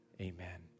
amen